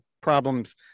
problems